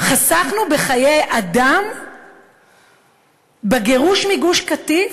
חסכנו בחיי אדם בגירוש מגוש-קטיף?